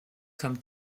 comme